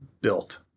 built